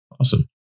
Awesome